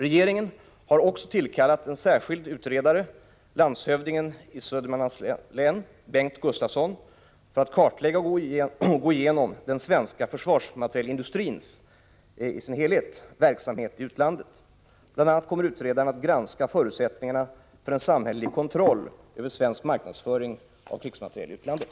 Regeringen har också tillkallat en särskild utredare, landshövdingen i Södermanlands län, Bengt Gustavsson, för att kartlägga och gå igenom den svenska försvarsmaterielindustrins verksamhet i utlandet. Bl.a. kommer utredaren att granska förutsättningarna för en samhällelig kontroll över svensk marknadsföring av krigsmateriel i utlandet.